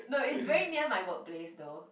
no it's very near my work place though